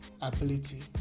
ability